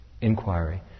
inquiry